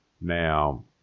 Now